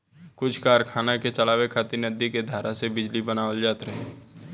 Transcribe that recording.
कुछ कारखाना के चलावे खातिर नदी के धारा से बिजली बनावल जात रहे